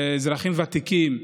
לאזרחים ותיקים,